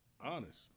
honest